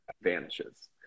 vanishes